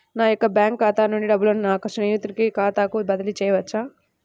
నా యొక్క బ్యాంకు ఖాతా నుండి డబ్బులను నా స్నేహితుని ఖాతాకు బదిలీ చేయవచ్చా?